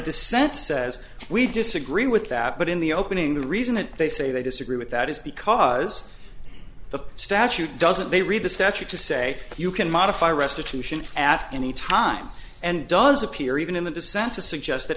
dissent says we disagree with that but in the opening the reason that they say they disagree with that is because the statute doesn't they read the statute to say that you can modify restitution at any time and does appear even in the dissent to suggest